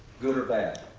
good or bad?